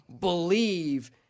believe